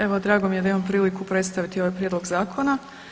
Evo, drago mi je da imam priliku predstaviti ovaj Prijedlog zakona.